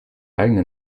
eigene